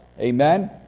Amen